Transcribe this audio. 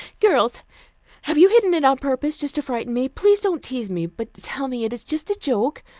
girls have you hidden it on purpose, just to frighten me? please don't tease me, but tell me it is just a joke.